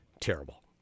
terrible